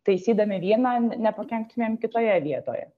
taisydami vieną nepakenktumėm kitoje vietoje